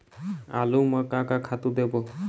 आलू म का का खातू देबो?